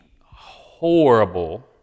horrible